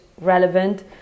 relevant